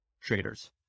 traders